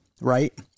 right